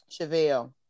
Chevelle